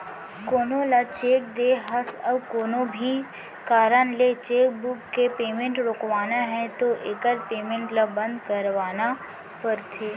कोनो ल चेक दे हस अउ कोनो भी कारन ले चेकबूक के पेमेंट रोकवाना है तो एकर पेमेंट ल बंद करवाना परथे